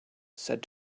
said